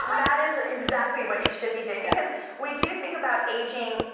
that is ah exactly what you should be doing because we do think about aging,